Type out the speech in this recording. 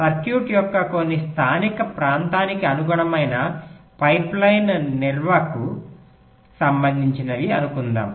circuit యొక్క కొన్ని స్థానిక ప్రాంతానికి అనుగుణమైన పైప్లైన్ నిల్వలకు సంబందించినవి అనుకుందాం